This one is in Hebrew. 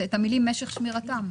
את המילים "משך שמירתם"